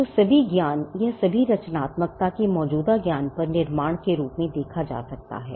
तो सभी ज्ञान या सभी रचनात्मकता के मौजूदा ज्ञान पर निर्माण के रूप में माना जा सकता है